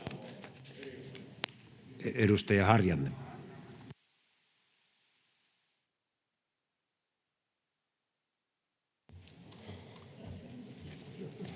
Edustaja Harjanne.